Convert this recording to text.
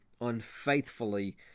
unfaithfully